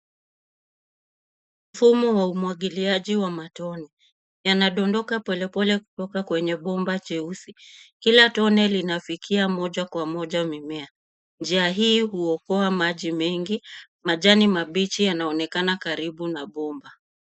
Mfumo wa umwagiliaji wa matone yanadondoka polepole kutoka kwenye bomba cheusi. Kila tone linafikia moja kwa moja mimea. Njia hii huokoa maji mengi, majani mabichi yanaonekana karibu na bomba.